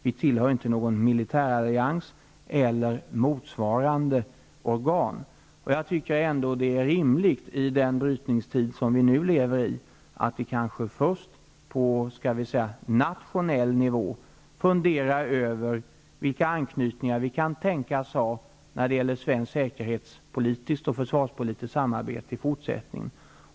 Vi tillhör ingen militärallians eller motsvarande organ. I den brytningstid som vi nu lever i tycker jag kanske att det är rimligt att vi först på nationell nivå funderar över vilka anknytningar vi kan tänkas ha när det gäller svenskt säkerhetspolitiskt och försvarspolitiskt samarbete i fort sättningen.